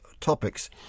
topics